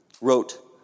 wrote